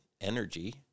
energy